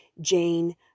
Jane